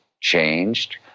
changed